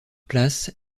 place